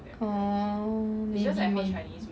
oh maybe maybe